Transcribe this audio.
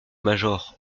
major